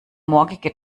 morgige